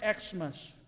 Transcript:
Xmas